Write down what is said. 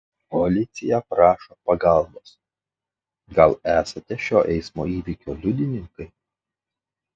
policija prašo pagalbos gal esate šio eismo įvykio liudininkai